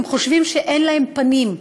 הם חושבים שאין להם פנים,